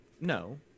No